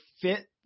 fit